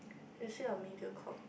facing or media call